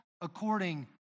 according